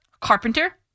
Carpenter